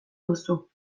duzu